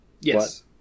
Yes